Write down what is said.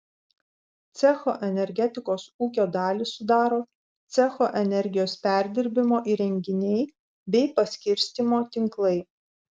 cecho energetikos ūkio dalį sudaro cecho energijos perdirbimo įrenginiai bei paskirstymo tinklai